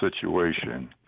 situation